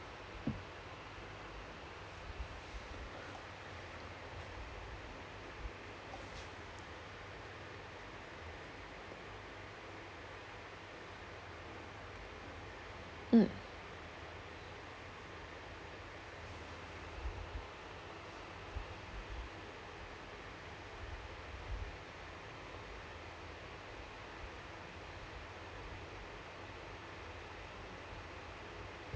mm